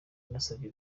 nasabye